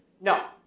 No